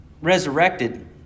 resurrected